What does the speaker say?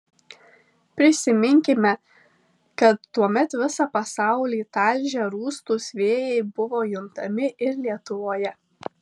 prisiminkime kad tuomet visą pasaulį talžę rūstūs vėjai buvo juntami ir lietuvoje